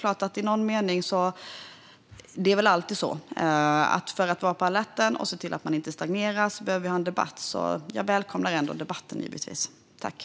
I någon mening är det nog alltid så att man behöver en debatt om man ska vara på alerten och se till att inte stagnera. Jag välkomnar givetvis debatten.